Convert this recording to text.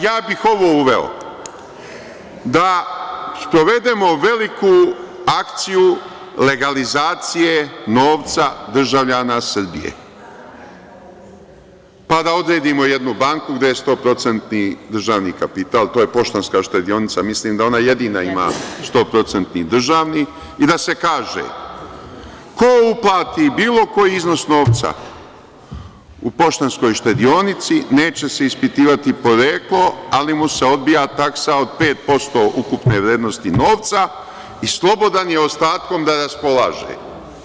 Ja bih uveo da sprovedemo veliku akciju legalizacije novca državljana Srbije, pa da odredimo jednu banku gde je 100% državni kapital, to je „Poštanska štedionica“, milim da ona jedina ima 100% državni i da se kaže, ko uplati bilo koji iznos novca u „Poštanskoj štedionici“ neće se ispitivati poreklo, ali mu se odbija taksa od 5% od ukupne vrednosti novca i slobodan je ostatkom da raspolaže.